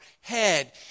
head